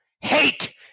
Hate